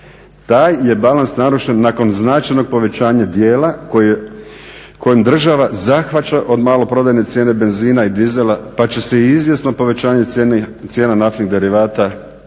Taj je balans narušen nakon značajnog povećanja dijela kojem država zahvaća od maloprodajne cijene benzina i dizela pa će se i izvjesno povećanje cijena naftnih derivata biti